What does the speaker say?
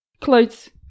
Clothes